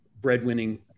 breadwinning